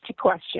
question